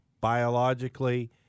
biologically